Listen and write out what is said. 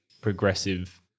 progressive